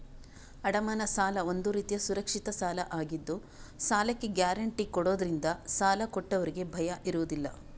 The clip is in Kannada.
ಅಡಮಾನ ಸಾಲ ಒಂದು ರೀತಿಯ ಸುರಕ್ಷಿತ ಸಾಲ ಆಗಿದ್ದು ಸಾಲಕ್ಕೆ ಗ್ಯಾರಂಟಿ ಕೊಡುದ್ರಿಂದ ಸಾಲ ಕೊಟ್ಟವ್ರಿಗೆ ಭಯ ಇರುದಿಲ್ಲ